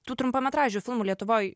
tų trumpametražių filmų lietuvoj